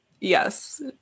Yes